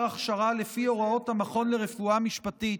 הכשרה לפי הוראות המכון לרפואה משפטית